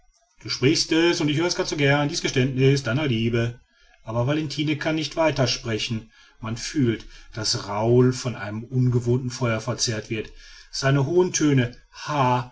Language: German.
du sprichst es und ich hör es gar zu gern dies geständniß deiner liebe aber valentine kann nicht weiter sprechen man fühlt daß raoul von einem ungewohnten feuer verzehrt wird seine hohen töne